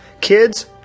Kids